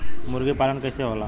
मुर्गी पालन कैसे होला?